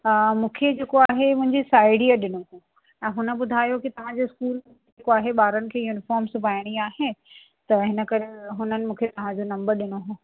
हा मूंखे जेको आहे मुंहिंजी साहेड़ीअ ॾिनो हुओ ऐं हुन ॿुधायो कि तव्हांजो स्कूल जेको आहे ॿारनि खे यूनिफ़ॉम सिबाइणी आहे त हिनकरे हुननि मूंखे तव्हांजो नंबर ॾिनो हुओ